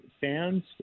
fans